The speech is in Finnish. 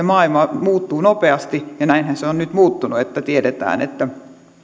maailma muuttuu nopeasti ja näinhän se on nyt muuttunut että tiedetään että